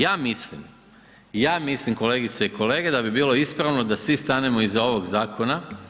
Ja mislim, ja mislim, kolegice i kolege, da bi bilo ispravno da svi stanemo iza ovog zakona.